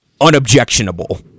unobjectionable